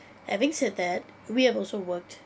having said that we have also worked